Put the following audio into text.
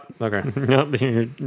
okay